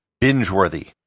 Bingeworthy